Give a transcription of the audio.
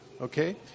okay